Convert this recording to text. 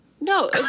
No